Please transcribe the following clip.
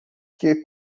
que